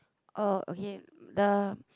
oh okay the